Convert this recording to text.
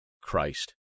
Christ